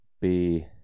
B-